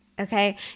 okay